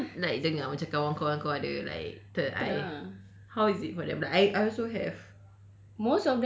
oh ya kau pernah like dengar kawan kawan kau ada third eye how is it for them like I I also have